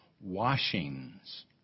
washings